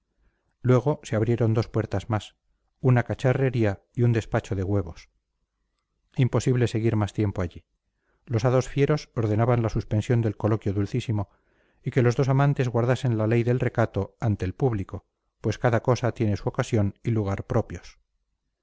luego se abrieron dos puertas más una cacharrería y un despacho de huevos imposible seguir más tiempo allí los hados fieros ordenaban la suspensión del coloquio dulcísimo y que los amantes guardasen la ley del recato ante el público pues cada cosa tiene su ocasión y lugar propios